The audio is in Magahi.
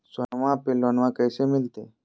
सोनमा पे लोनमा कैसे मिलते?